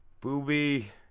Booby